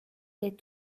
est